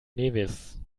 nevis